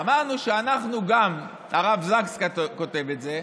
אמרנו שאנחנו גם, הרב זקס כותב את זה,